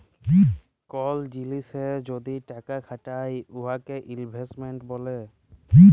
call জিলিসে যদি টাকা খাটায় উয়াকে ইলভেস্টমেল্ট ব্যলে